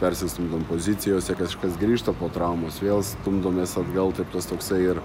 persistumdom pozicijose kažkas grįžta traumos vėl stumdomės atgal taip tas toksai ir